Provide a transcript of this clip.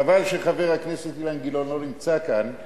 חבל שחבר הכנסת אילן גילאון לא נמצא כאן,